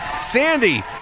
sandy